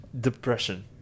Depression